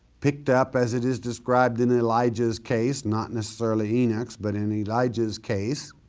picked up as it is described in elijah's case, not necessarily enoch's but in elijah's case,